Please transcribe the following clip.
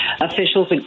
officials